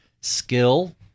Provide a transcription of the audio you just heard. skill